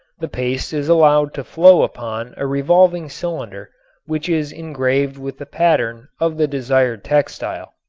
the paste is allowed to flow upon a revolving cylinder which is engraved with the pattern of the desired textile.